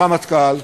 גם הרמטכ"ל,